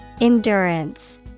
Endurance